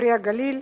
פרי הגליל"